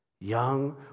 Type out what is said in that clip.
Young